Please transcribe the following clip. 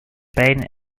pain